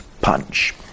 punch